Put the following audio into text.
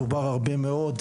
זה בדיוק אותו משל שאמרתי לכם.